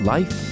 Life